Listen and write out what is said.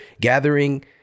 gathering